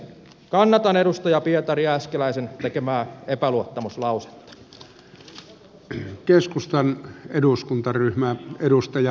kannatan edustaja pietari jääskeläisen tekemää epäluottamuslausetta